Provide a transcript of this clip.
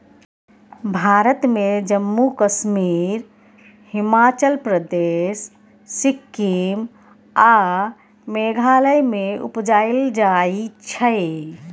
भारत मे जम्मु कश्मीर, हिमाचल प्रदेश, सिक्किम आ मेघालय मे उपजाएल जाइ छै